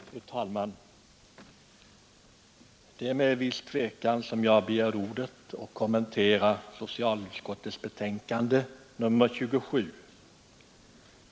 Fru talman! Det är med viss tvekan jag begärt ordet för att kommentera socialutskottets betänkande nr 27.